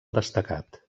destacat